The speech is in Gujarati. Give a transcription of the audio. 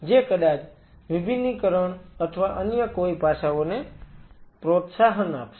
જે કદાચ વિભિન્નીકરણ અથવા અન્ય કોઈ પાસાઓને પ્રોત્સાહન આપશે